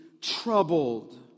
troubled